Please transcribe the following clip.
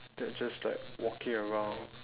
they're just like walking around